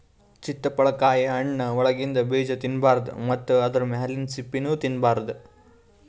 ಚಿತ್ತಪಳಕಾಯಿ ಹಣ್ಣ್ ಒಳಗಿಂದ ಬೀಜಾ ತಿನ್ನಬಾರ್ದು ಮತ್ತ್ ಆದ್ರ ಮ್ಯಾಲಿಂದ್ ಸಿಪ್ಪಿನೂ ತಿನ್ನಬಾರ್ದು